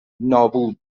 نابود